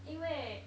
因为